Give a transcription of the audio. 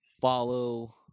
follow